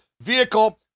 vehicle